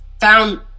found